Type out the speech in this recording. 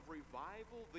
revival